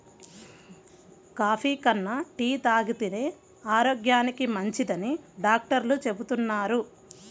coffee కన్నా tea తాగితేనే ఆరోగ్యానికి మంచిదని డాక్టర్లు చెబుతున్నారు